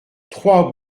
trois